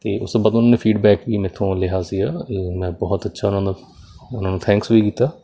ਅਤੇ ਉਸ ਤੋਂ ਬਾਅਦ ਉਹਨਾਂ ਨੇ ਫੀਡਬੈਕ ਵੀ ਮੈਥੋਂ ਲਿਆ ਸੀ ਮੈਂ ਬਹੁਤ ਅੱਛਾ ਉਹਨਾਂ ਦਾ ਉਹਨਾਂ ਨੂੰ ਥੈਂਕਸ ਵੀ ਕੀਤਾ